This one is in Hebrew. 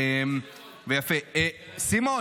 סימון